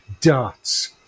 darts